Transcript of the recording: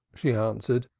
she answered,